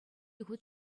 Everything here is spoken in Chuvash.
хут